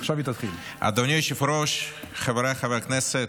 אדוני היושב-ראש, חבריי חברי הכנסת,